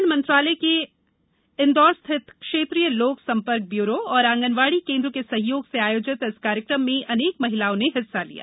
प्रसारण मंत्रालय के इंदौर स्थित क्षेत्रीय लोक सम्पर्क ब्यूरो और आंगनवाडी केंद्र के सहयोग से आयोजित इस कार्यक्रम में अनेक महिलाओं ने हिस्सा लिय